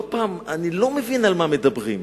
לא פעם אני לא מבין על מה מדברים.